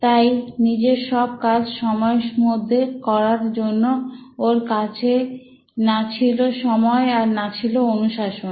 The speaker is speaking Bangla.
তাই নিজের সব কাজ সময়ের মধ্যে করার জন্য ওর কাছে না ছিল সময় আর না ছিল অনুশাসন